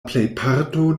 plejparto